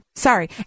Sorry